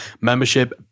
membership